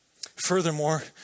Furthermore